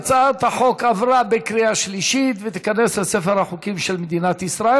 הצעת החוק עברה בקריאה שלישית ותיכנס לספר החוקים של מדינת ישראל.